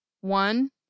one